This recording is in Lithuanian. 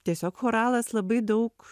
tiesiog choralas labai daug